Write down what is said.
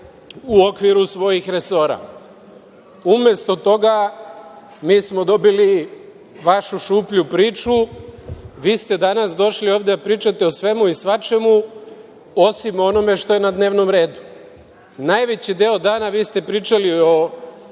u okviru svojih resora. Umesto toga, mi smo dobili vašu šuplju priču. Vi ste danas došli ovde da pričate o svemu i svačemu, osim o onome što je na dnevnom redu. Najveći deo dana vi ste pričali o